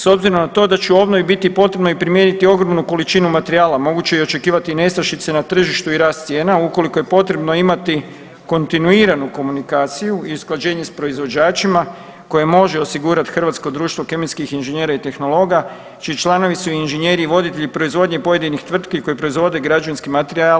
S obzirom na to da će u obnovi biti potrebno i primijeniti ogromnu količinu materijala moguće je očekivati i nestašice na tržištu i rast cijena ukoliko je potrebno imati kontinuiranu komunikaciju i usklađenje s proizvođačima koje može osigurati Hrvatsko društvo kemijskih ineženjera i tehnologa čiji članovi su i inženjeri i voditelji proizvodnje pojedinih tvrtki koje proizvode građevinski materijal.